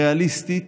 ריאליסטית